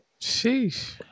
Sheesh